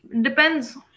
Depends